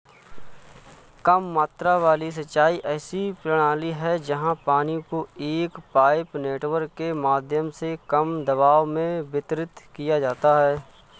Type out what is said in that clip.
कम मात्रा वाली सिंचाई ऐसी प्रणाली है जहाँ पानी को एक पाइप नेटवर्क के माध्यम से कम दबाव में वितरित किया जाता है